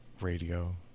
radio